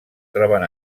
troben